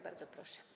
Bardzo proszę.